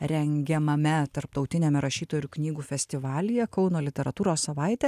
rengiamame tarptautiniame rašytojų ir knygų festivalyje kauno literatūros savaitė